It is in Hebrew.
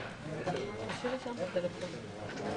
יש פה אנשים שרוצים לדבר?